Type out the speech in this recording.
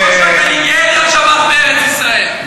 אני גאה להיות שב"ח בארץ-ישראל.